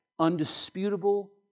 Undisputable